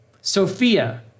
Sophia